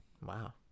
Wow